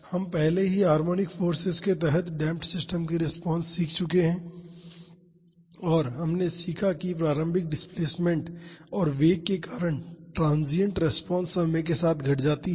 हम पहले ही हार्मोनिक फोर्सेज के तहत डेमप्ड सिस्टम्स की रिस्पांस सीख चुके हैं और हमने सीखा है कि प्रारंभिक डिस्प्लेसमेंट और वेग के कारण ट्रांसिएंट रेस्पॉन्सेस समय के साथ घट जाती हैं